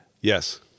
Yes